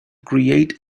create